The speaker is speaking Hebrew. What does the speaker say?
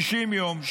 60 יום,